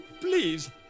Please